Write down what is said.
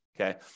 okay